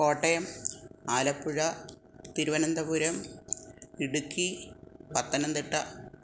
Kottayam Alappuzha Thiruvananthapuram Idukki Pathanamthitta